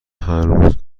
هنوز